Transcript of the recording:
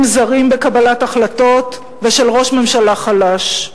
זרים בקבלת החלטות ושל ראש ממשלה חלש.